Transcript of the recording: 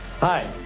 Hi